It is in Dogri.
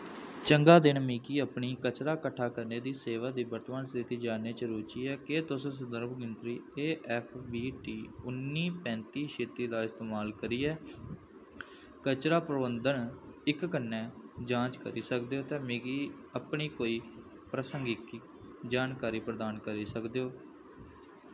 चंगा दिन मिगी अपनी कचरा कट्ठा करने दी सेवा दी वर्तमान स्थिति जानने च रुचि ऐ केह् तुस संदर्भ गिनतरी ए ऐप्फ वी टी उन्नी पैंती छित्ती दा इस्तेमाल करियै कचरा प्रबंधन इक कन्नै जांच करी सकदे ओ ते मिगी अपनी कोई प्रासंगिक जानकारी प्रदान करी सकदे ओ